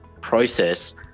process